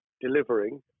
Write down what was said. delivering